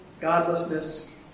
godlessness